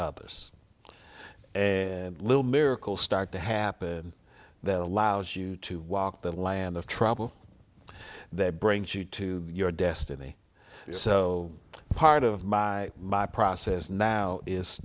others little miracle start to happen that allows you to walk the land of trouble that brings you to your destiny so part of my my process now is